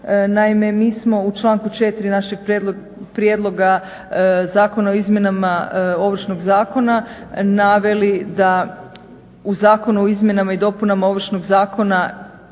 Naime, mi smo u članku 4. našeg prijedloga Zakona o izmjenama Ovršnog zakona naveli da u Zakonu o izmjenama i dopunama Ovršnog zakona